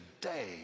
today